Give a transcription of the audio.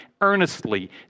earnestly